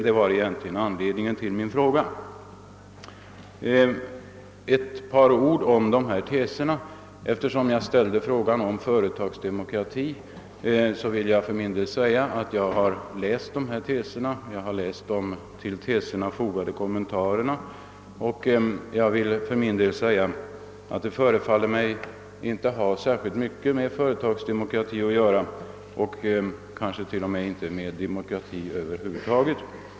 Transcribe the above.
Det var egentligen anledningen till min fråga. Jag vill så nämna ett par ord om teserna. Eftersom jag ställde frågan om företagsdemokrati, vill jag för min del säga att, sedan jag läst teserna och de till dem fogade kommentarerna, förefaller det mig som om de inte skulle ha mycket med företagsdemokrati att göra och kanske inte med demokrati över huvud taget.